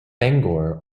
bangor